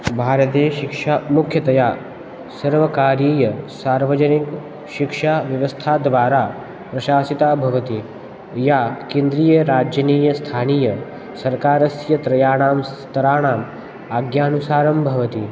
भारते शिक्षा मुख्यतया सर्वकारीयसार्वजनिकशिक्षाव्यवस्थाद्वारा प्रशासिता भवति या केन्द्रीयराज्यनीतिस्थानीयसर्वकारस्य त्रयाणां स्तराणाम् आज्ञा नुसारं भवति